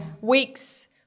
weeks